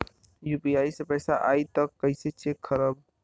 UPI से पैसा आई त कइसे चेक खरब?